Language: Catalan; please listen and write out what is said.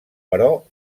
però